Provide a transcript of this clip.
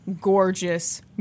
gorgeous